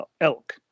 elk